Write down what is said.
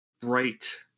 bright